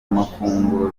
amafunguro